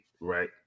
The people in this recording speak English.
right